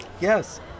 Yes